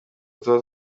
tuba